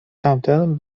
tamten